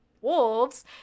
wolves